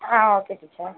ah okay teacher